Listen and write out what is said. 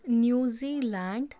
New Zealand